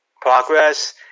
progress